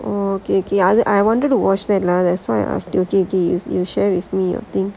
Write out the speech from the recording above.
okay okay I I wanted to watch that lah that's why I ask you if you could share with me